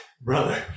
brother